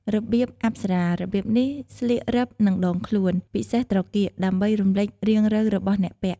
របៀបអប្សរា របៀបនេះស្លៀករឹបនឹងដងខ្លួន ពិសេសត្រគាក ដើម្បីរំលេចរាងរៅរបស់អ្នកពាក់។